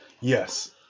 yes